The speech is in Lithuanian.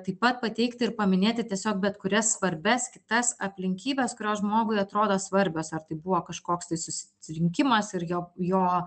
taip pat pateikti ir paminėti tiesiog bet kurias svarbias kitas aplinkybes kurios žmogui atrodo svarbios ar tai buvo kažkoks tai sus sirinkimas ir jo jo